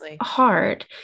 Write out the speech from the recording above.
hard